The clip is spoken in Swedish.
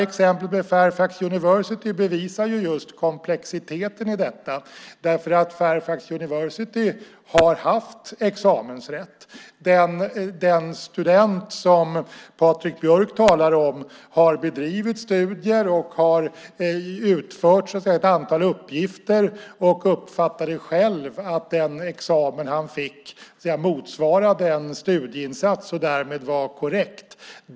Exemplet med Fairfax University bevisar just komplexiteten i detta. Fairfax University har haft examensrätt. Den student som Patrik Björck talar om har bedrivit studier, har utfört ett antal uppgifter och uppfattade själv att den examen han fick motsvarade en studieinsats och därmed var korrekt.